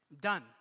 done